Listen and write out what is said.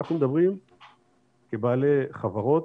אנחנו מדברים כבעלי חברות